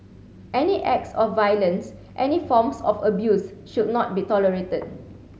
any acts of violence any forms of abuse should not be tolerated